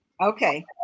Okay